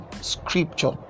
Scripture